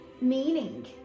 meaning